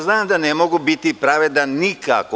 Znam da ne mogu biti pravedan nikako.